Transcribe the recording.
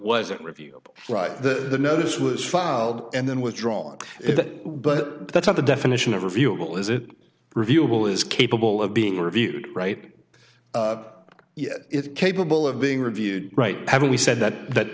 wasn't review right the notice was filed and then withdrawn it but that's not the definition of reviewable is it reviewable is capable of being reviewed right yet if capable of being reviewed right haven't we said that that